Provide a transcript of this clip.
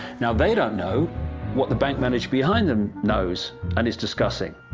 now they don't know what the bank manager behind them knows and is discussing.